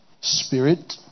Spirit